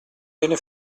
viene